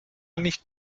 nicht